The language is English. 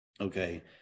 okay